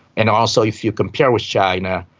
and also if you compare with china,